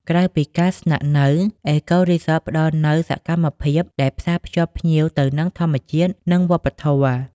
ក្រៅពីការស្នាក់នៅ អេកូរីសតផ្តល់ជូននូវសកម្មភាពដែលផ្សារភ្ជាប់ភ្ញៀវទៅនឹងធម្មជាតិ និងវប្បធម៌។